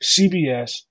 CBS